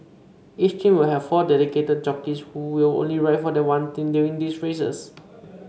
each team will have four dedicated jockeys who will only ride for that one team during these races